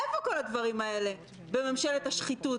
איפה כל הדברים האלה בממשלת השחיתות?